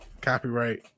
copyright